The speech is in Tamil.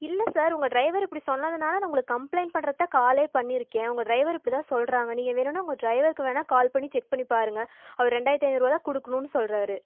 இல்லை சார் உங்கள் டிரைவர் அப்படி சொன்னதனால நான் உங்களுக்கு கம்ப்ளைண்ட் பண்ணுறதுக்கு தான் கால்லே பண்ணிருக்கன் உங்கள் டிரைவர் இப்படி தான் சொல்கிறாங்க நீங்கள் வேணும்னா உங்கள் டிரைவர்க்கு வேணா கால் பண்ணி செக் பண்ணி பாருங்கள் அவர் ரெண்டாயிரத்தி ஐநூறுபா தான் கொடுக்கணும்னு சொல்கிறாரு